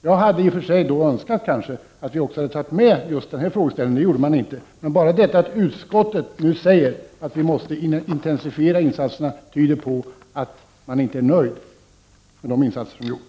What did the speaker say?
Jag hadeii och för sig önskat att vi också hade tagit med just denna frågeställning, vilket man inte gjorde, men bara detta att utskottet nu säger att vi måste intensifiera insatserna tyder på att man inte är nöjd med de insatser som har gjorts.